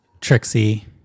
Trixie